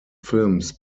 films